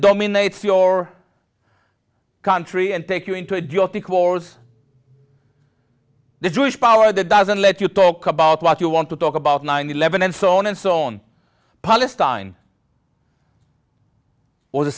dominates your country and take you into your tea course the jewish power that doesn't let you talk about what you want to talk about nine eleven and so on and so on palestine or the